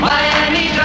Miami